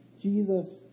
Jesus